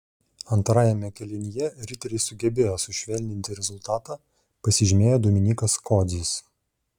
antrajame kėlinyje riteriai sugebėjo sušvelninti rezultatą pasižymėjo dominykas kodzis